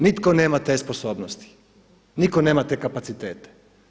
Nitko nema te sposobnosti, nitko nema te kapacitete.